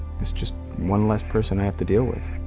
it's just one less person i have to deal with.